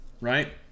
right